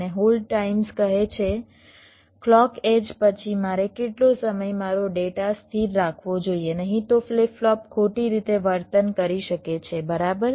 અને hold times કહે છે ક્લૉક એડ્જ પછી મારે કેટલો સમય મારો ડેટા સ્થિર રાખવો જોઈએ નહીં તો ફ્લિપ ફ્લોપ ખોટી રીતે વર્તન કરી શકે છે બરાબર